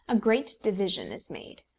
a great division is made.